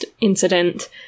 incident